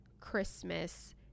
Christmas